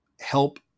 help